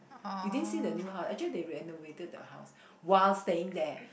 you didn't see the new house actually they renovated the house while staying there